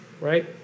right